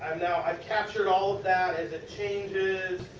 i have captured all of that as it changes.